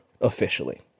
officially